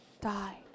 died